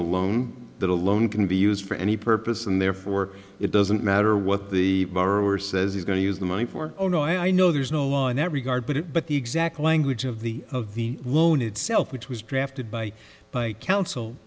the loan can be used for any purpose and therefore it doesn't matter what the borrower says he's going to use the money for oh no i know there's no law in that regard but it but the exact language of the of the loan itself which was drafted by by counsel